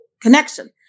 connection